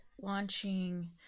launching